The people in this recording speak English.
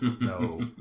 no